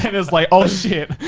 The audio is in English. and it's like, oh shit,